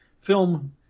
film